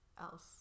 else